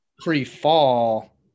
pre-fall